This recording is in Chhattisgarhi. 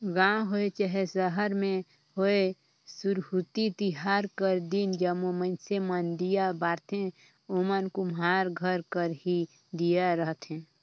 गाँव होए चहे सहर में होए सुरहुती तिहार कर दिन जम्मो मइनसे मन दीया बारथें ओमन कुम्हार घर कर ही दीया रहथें